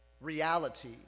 reality